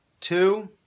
Two